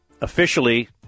officially